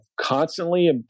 constantly